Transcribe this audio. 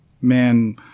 man